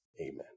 Amen